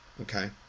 Okay